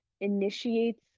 initiates